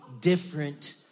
different